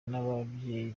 n’ababyeyi